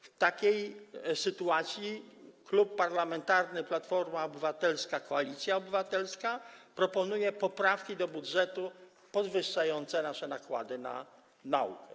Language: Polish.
W takiej sytuacji Klub Parlamentarny Platforma Obywatelska - Koalicja Obywatelska proponuje poprawki do budżetu podwyższające nasze nakłady na naukę.